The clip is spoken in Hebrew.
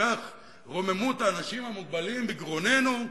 שרוממות האנשים המוגבלים בגרוננו.